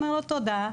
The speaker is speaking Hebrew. הוא אומר לו, תודה,